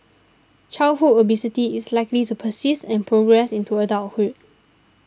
childhood obesity is likely to persist and progress into adulthood